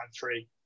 country